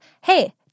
hey